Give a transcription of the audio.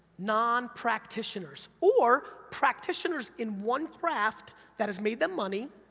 non-practitioners, or practitioners in one craft that has made them money,